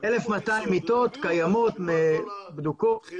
1,200 מיטות קיימות ובדוקות.